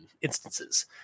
instances